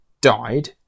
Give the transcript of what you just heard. died